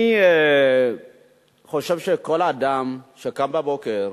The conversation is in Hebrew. אני חושב שכל אדם שקם בבוקר,